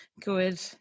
Good